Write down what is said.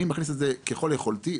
אני מכניס את זה ככל יכולתי,